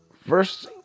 first